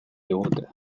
digute